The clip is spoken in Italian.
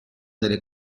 delle